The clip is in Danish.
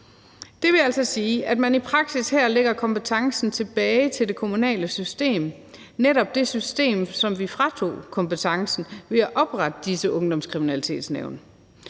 Det vil altså sige, at man i praksis her lægger kompetencen tilbage til det kommunale system – netop det system, som vi fratog kompetencen ved at oprette disse ungdomskriminalitetsnævn.